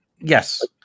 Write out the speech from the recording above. Yes